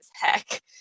heck